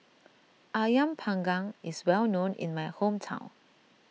Ayam Panggang is well known in my hometown